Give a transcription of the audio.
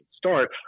start